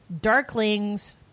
Darklings